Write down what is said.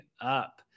up